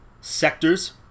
sectors